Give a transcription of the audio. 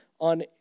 On